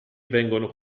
vengono